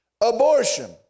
Abortion